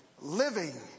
living